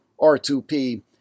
R2P